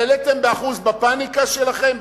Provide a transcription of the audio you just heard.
העליתם ב-1% בפניקה שלכם?